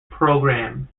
programme